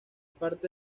parte